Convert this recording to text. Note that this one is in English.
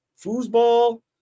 foosball